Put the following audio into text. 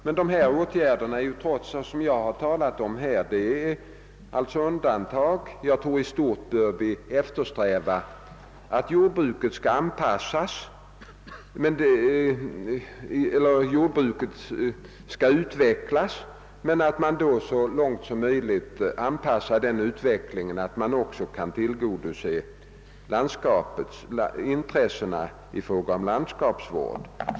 Men dessa åtgärder är undantag. I stort bör vi eftersträva att jordbruket utvecklas men att man samtidigt så långt som möjligt anpassar denna utveckling så att man även kan tillgodose intressena i fråga om landskapsvård.